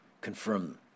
confirm